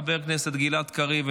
חבר הכנסת גלעד קריב,